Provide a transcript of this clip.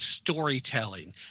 storytelling